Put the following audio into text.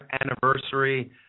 anniversary